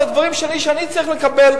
הדברים שאני צריך לקבל,